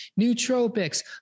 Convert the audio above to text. nootropics